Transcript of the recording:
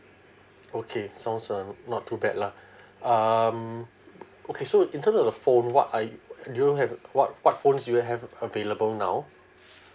okay sounds um not too bad lah um okay so in term of the phone what I do you have what what phones do you have available now